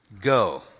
Go